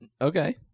Okay